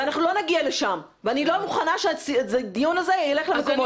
אנחנו לא נגיע לשם ואני לא מוכנה שהדיון הזה ילך למקומות האלה.